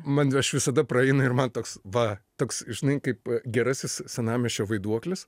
man aš visada praeina ir man toks va toks žinai kaip gerasis senamiesčio vaiduoklis